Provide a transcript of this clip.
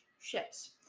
ships